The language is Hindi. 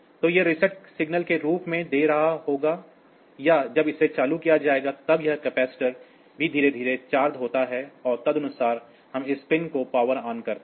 तो वह रीसेट सिग्नल के रूप में दे रहा होगा या जब इसे चालू किया जाएगा तब भी कैपेसिटर धीरे धीरे चार्ज होता है और तदनुसार हम इस पिन को पावर ऑन करते हैं